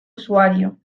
usuario